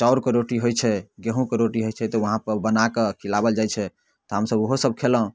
चाउरके रोटी होइ छै गेहुँके रोटी होइ छै तऽ वहाँपर बनाकऽ खिलावल जाइ छै तऽ हमसब ओहो सब खयलहुँ